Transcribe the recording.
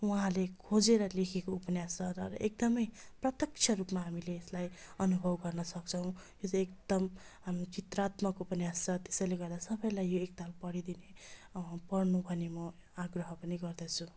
उहाँले खोजेर लेखेको उपन्यास र एकदम प्रत्यक्ष रूपमा हामीले यसलाई अनुभव गर्न सक्छौँ यो चाहिँ एकदम हामी चित्रात्मक उपन्यास छ त्यसैले गर्दा सबैलाई यो एकताल पढिदिने पढ्नु भनी म आग्रह पनि गर्दछु